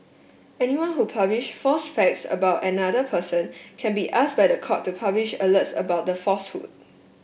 anyone who publish false facts about another person can be asked by the court to publish alerts about the falsehood